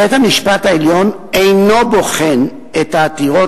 בית-המשפט העליון אינו בוחן את העתירות